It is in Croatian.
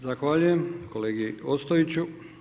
Zahvaljujem kolegi Ostojiću.